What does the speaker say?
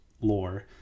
lore